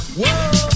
whoa